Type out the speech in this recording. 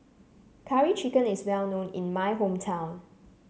Curry Chicken is well known in my hometown